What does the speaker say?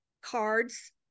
cards